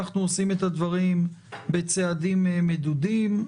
אנחנו עושים את הדברים בצעדים מדודים.